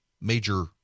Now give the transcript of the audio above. major